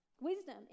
wisdom